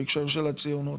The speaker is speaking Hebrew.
בהקשר של הציונות.